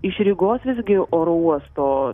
iš rygos visgi oro uosto